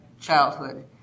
childhood